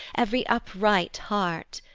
ev'ry upright heart!